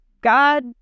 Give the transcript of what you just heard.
God